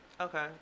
Okay